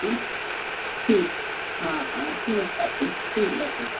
हा ठीकु हा हा ठीकु आहे ठीकु आहे ठीकु